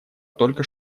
только